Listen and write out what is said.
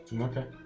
Okay